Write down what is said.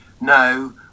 no